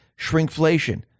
Shrinkflation